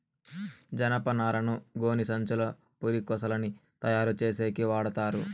జనపనారను గోనిసంచులు, పురికొసలని తయారు చేసేకి వాడతారు